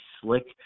slick